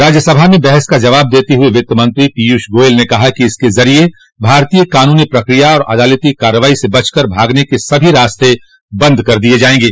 राज्यसभा में बहस का जवाब देते हुए वित्त मंत्री पीयूष गोयल ने कहा कि इसके जरिए भारतीय कानूनी प्रक्रिया और अदालती कार्रवाई से बचकर भागने के सभी रास्ते बंद कर दिए जाएंगे